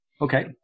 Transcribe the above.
Okay